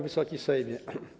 Wysoki Sejmie!